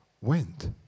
went